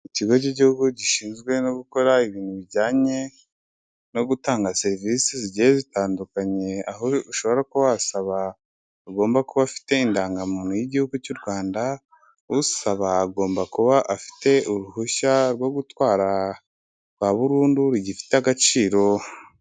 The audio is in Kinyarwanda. Ikigo cy'igihugu gishinzwe no gukora ibintu bijyanye no gutanga serivisi zigiye zitandukanye, aho ushobora kuba wasaba agomba kuba afite indangamuntu y'igihugu cy'u Rwanda, usaba agomba kuba afite uruhushya rwo gutwara rwa burundu rugifite agaciro.